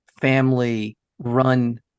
family-run